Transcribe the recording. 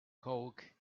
coke